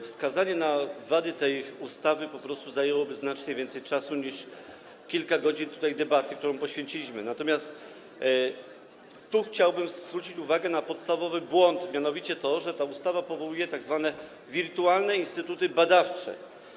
Wskazanie wad tej ustawy po prostu zajęłoby znacznie więcej czasu niż te kilka godzin na debatę, którą temu poświęciliśmy, natomiast tu chciałbym zwrócić uwagę na podstawowy błąd, mianowicie na to, że ta ustawa powołuje tzw. wirtualne instytuty badawcze.